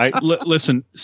Listen